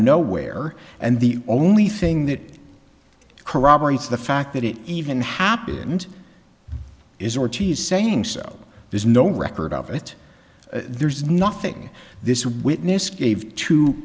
nowhere and the only thing that corroborates the fact that it even happened is ortiz saying so there's no record of it there's nothing this witness gave t